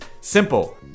simple